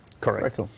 Correct